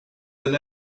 than